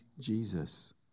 Jesus